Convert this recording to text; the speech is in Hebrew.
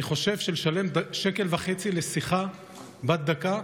אני חושב שלשלם שקל וחצי לשיחה בת דקה,